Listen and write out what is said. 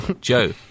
joe